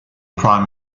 prime